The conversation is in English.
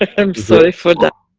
and sorry for that.